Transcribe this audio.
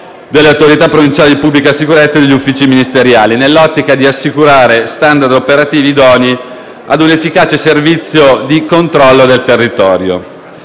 delle autorità provinciali di pubblica sicurezza e degli Uffici ministeriali, nell'ottica di assicurare *standard* operativi idonei ad un efficace servizio di controllo del territorio.